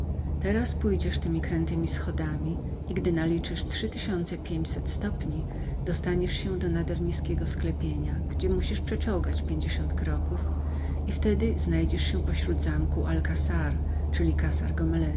teraz pójdziesz temi krętemi schodami i gdy naliczysz trzy tysiące pięćset stopni dostaniesz się do nader nizkiego sklepienia gdzie musisz przeczołgać pięćdziesiąt kroków i wtedy znajdziesz się pośród zamku al kassar czyli kassar gomelez